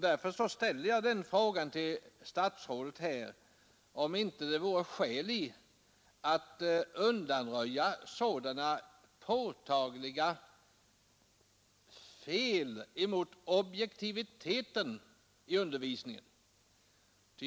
Därför vill jag ställa den frågan till herr statsrådet, om det inte vore skäl i att undanröja sådana påtagliga fel mot objektiviteten i undervisningen.